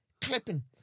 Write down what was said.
clipping